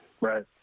Right